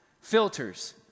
filters